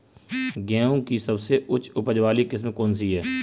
गेहूँ की सबसे उच्च उपज बाली किस्म कौनसी है?